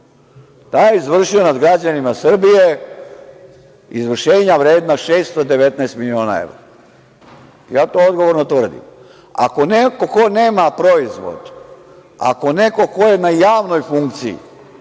Taj je izvršio nad građanima Srbije izvršenja vredna 619 miliona evra. Ja to odgovorno tvrdim. Ako neko ko nema proizvod, ako neko ko je na javnoj funkciji